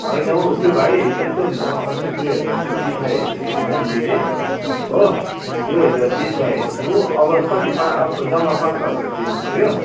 होइन हौ त्यो भाइ यस्तो नि त अस्ति दुई हजार त दिइसकेको छु होइन मैले हो दुई हजार दिइसकेको छु अब त कति जम्मा पाँच हजार दिनुपऱ्यो